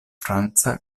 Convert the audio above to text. franca